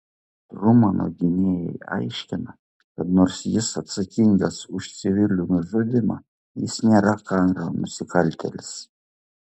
trumano gynėjai aiškina kad nors jis atsakingas už civilių nužudymą jis nėra karo nusikaltėlis